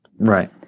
Right